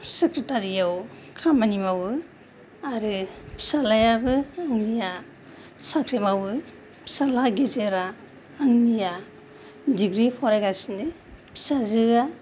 सेक्रेटारियाव खामानि मावो आरो फिसाज्लायाबो गिबिया साख्रि मावो आरो फिसाज्ला गेजेरा आंनिया दिग्रि फरायगासिनो फिसाजोआ